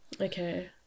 okay